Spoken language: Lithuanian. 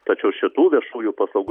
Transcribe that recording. tačiau šitų viešųjų paslaugų